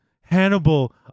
Hannibal